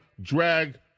drag